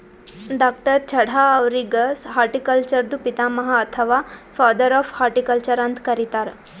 ಡಾ.ಚಢಾ ಅವ್ರಿಗ್ ಹಾರ್ಟಿಕಲ್ಚರ್ದು ಪಿತಾಮಹ ಅಥವಾ ಫಾದರ್ ಆಫ್ ಹಾರ್ಟಿಕಲ್ಚರ್ ಅಂತ್ ಕರಿತಾರ್